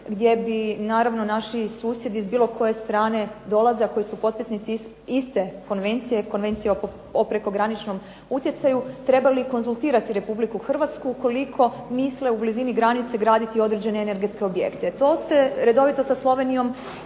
gdje bi naravno naši susjedi s bilo koje strane dolaze, a koji su potpisnici iste konvencije, Konvencije o prekograničnom utjecaju, trebali konzultirati Republiku Hrvatsku ukoliko misle u blizini granice graditi određene energetske objekte. To se redovito sa Slovenijom